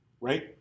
Right